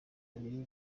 babiri